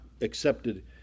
accepted